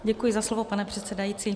Děkuji za slovo, pane předsedající.